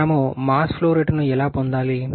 మరియు mass flow రేటును ఎలా పొందాలి